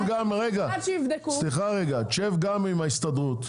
שב גם עם ההסתדרות.